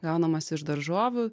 gaunamos iš daržovių